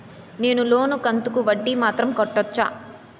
నేను లోను కంతుకు వడ్డీ మాత్రం కట్టొచ్చా?